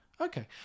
Okay